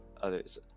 others